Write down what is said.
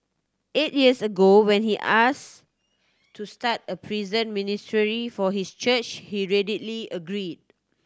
eight years ago when he asked to start a prison ministry for his church he readily agreed